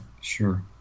sure